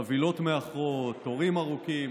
חבילות מאחרות, תורים ארוכים.